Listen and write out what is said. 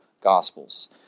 Gospels